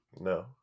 no